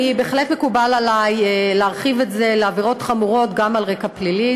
בהחלט מקובל עלי להרחיב את זה לעבירות חמורות גם על רקע פלילי,